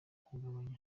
kugabanya